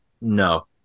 No